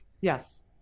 Yes